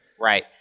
Right